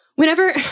Whenever